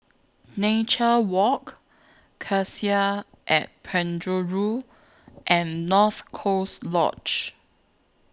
Nature Walk Cassia At Penjuru and North Coast Lodge